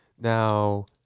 Now